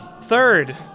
Third